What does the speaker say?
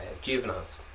juveniles